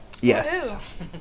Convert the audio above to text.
Yes